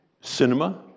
cinema